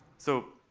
so